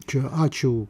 čia ačiū